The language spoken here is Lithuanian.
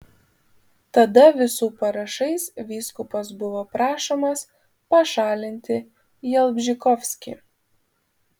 tada visų parašais vyskupas buvo prašomas pašalinti jalbžykovskį